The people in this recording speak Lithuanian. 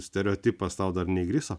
stereotipas tau dar neįgriso